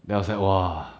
then I was like !wah!